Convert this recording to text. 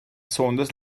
saunders